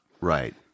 Right